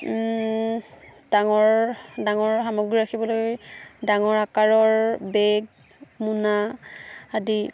ডাঙৰ ডাঙৰ সামগ্ৰী ৰাখিবলৈ ডাঙৰ আকাৰৰ বেগ মোনা আদি